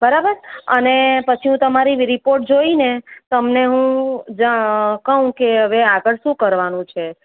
બરાબર અને પછી હુ તમારી રિપોર્ટ જોઈને તમને હું જાણ કહું કે હવે આગળ શું કરવાનું છે